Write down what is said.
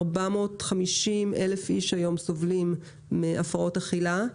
כ-450,000 איש היום סובלים מהפרעות אכילה,